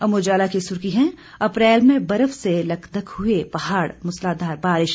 अमर उजाला की सुर्खी है अप्रैल में बर्फ से लकदक हुए पहाड़ मुसलाधार बारिश